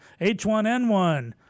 H1N1